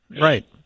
Right